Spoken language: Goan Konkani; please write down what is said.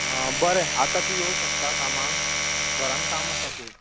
बरें आतां तूं येवं शकता कामांक घरान काम आसा खूब